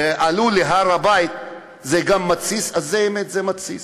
עלו להר-הבית, זה גם מתסיס, אז זה באמת מתסיס.